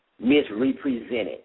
misrepresented